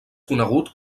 conegut